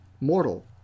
mortal